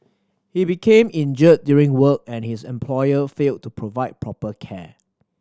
he became injured during work and his employer failed to provide proper care